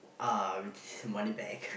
ah with this money back